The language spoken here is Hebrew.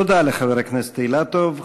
תודה לחבר הכנסת אילטוב.